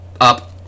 up